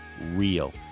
Real